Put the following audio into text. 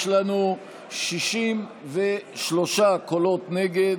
יש לנו 63 קולות נגד,